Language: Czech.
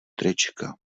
trička